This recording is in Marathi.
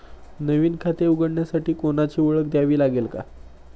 नवीन खाते उघडण्यासाठी कोणाची ओळख द्यावी लागेल का?